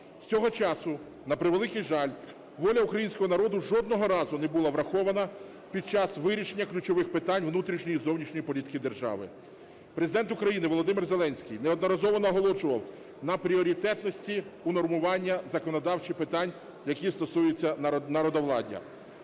З цього часу, на превеликий жаль, воля українського народу жодного разу не була врахована під час вирішення ключових питань внутрішньої і зовнішньої політики держави. Президент України Володимир Зеленський неодноразово наголошував на пріоритетності унормування законодавчих питань, які стосуються народовладдя.